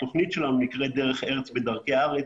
התוכנית שלנו נקראת "דרך ארץ בדרכי הארץ",